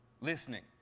listening